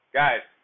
guys